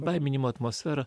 baiminimo atmosfera